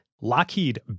Lockheed